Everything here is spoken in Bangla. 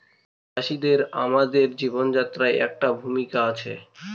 চাষিদের আমাদের জীবনযাত্রায় একটা ভূমিকা আছে